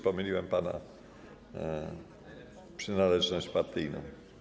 pomyliłem pana przynależność partyjną.